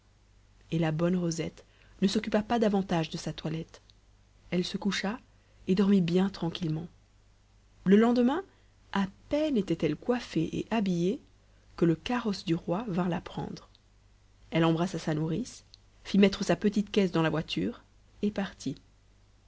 et la bonne rosette ne s'occupa pas davantage de sa toilette elle se coucha et dormit bien tranquillement le lendemain à peine était-elle coiffée et habillée que le carrosse du roi vint la prendre elle embrassa sa nourrice fit mettre sa petite caisse dans la voiture et partit